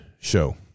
show